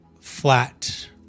flat